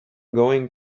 going